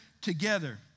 together